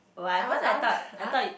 I want I want !huh!